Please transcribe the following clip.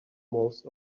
most